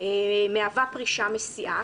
מהווה פרישה מסיעה?